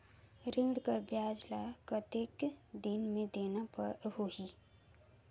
ऋण कर ब्याज ला कतेक दिन मे देना होही?